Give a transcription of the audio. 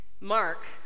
Mark